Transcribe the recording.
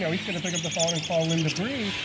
so he's gonna pick up the phone and call linda bree.